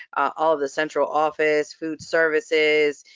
all of the central office, food services,